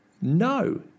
No